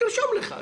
תרשום לך.